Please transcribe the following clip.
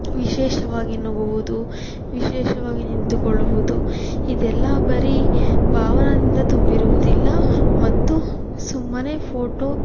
ವಿಶೇಷವಾಗಿ ನಗುವುದು ವಿಶೇಷವಾಗಿ ನಿಂತುಕೊಳ್ಳುವುದು ಇದೆಲ್ಲಾ ಬರೀ ಭಾವನದಿಂದ ತುಂಬಿರುವುದಿಲ್ಲ ಮತ್ತು ಸುಮ್ಮನೆ ಫ಼ೋಟೊ